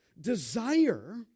desire